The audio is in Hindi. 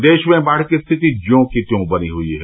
प्रदेश में बाढ़ की स्थिति ज्यों कि त्यों बनी हुयी है